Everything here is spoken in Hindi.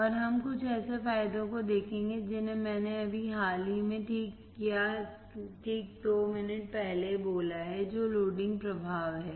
और हम कुछ ऐसे फायदों को देखेंगे जिन्हें मैंने अभी हाल ही में या ठीक दो मिनट पहले बोला है जो लोडिंग प्रभाव हैं